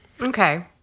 okay